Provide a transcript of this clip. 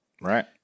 right